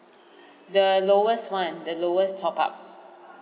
the lowest one the lowest top up